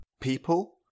people